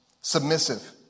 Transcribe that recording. submissive